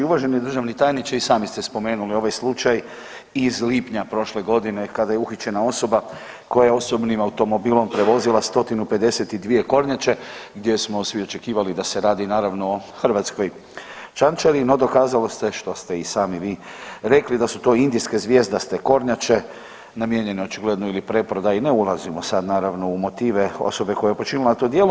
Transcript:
Uvaženi državni tajniče i sami ste spomenuli ovaj slučaj iz lipnja prošle godine kada je uhićena osoba koja je osobnim automobilom prevozila 152 kornjače, gdje smo svi očekivali da se radi naravno o hrvatskoj čančari, no dokazalo se što ste i sami vi rekli da su to indijske zvjezdaste kornjače namijenjene očigledno ili preprodaji, ne ulazimo sad naravno u motive osobe koja je počinila to djelo.